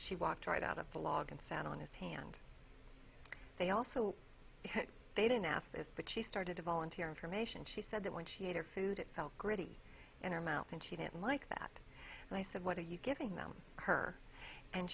she walked right out of the log and sat on his hand they also they didn't ask but she started to volunteer information she said that when she ate her food it felt gritty in her mouth and she didn't like that and i said what are you giving them her and